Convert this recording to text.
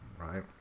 right